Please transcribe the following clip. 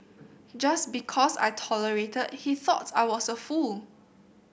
just because I tolerated he thought I was a fool